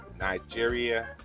Nigeria